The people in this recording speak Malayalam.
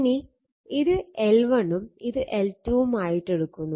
ഇനി ഇത് L1 ഉം ഇത് L2 ഉം ആയിട്ടെടുക്കുന്നു